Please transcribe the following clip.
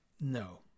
no